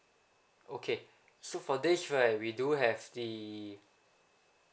okay so for this right we do have the